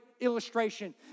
illustration